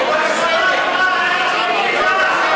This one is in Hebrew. אין לכם מילה.